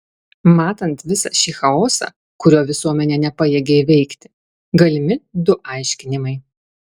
matant visą šį chaosą kurio visuomenė nepajėgia įveikti galimi du aiškinimai